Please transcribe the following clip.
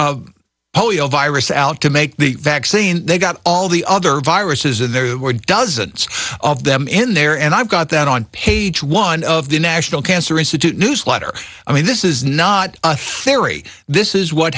polio virus out to make the vaccine they got all the other viruses and there were dozens of them in there and i've got that on page one of the national cancer institute newsletter i mean this is not a theory this is what